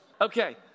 Okay